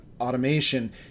automation